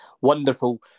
wonderful